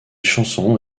chansons